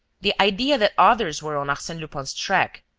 the idea that others were on arsene lupin's track,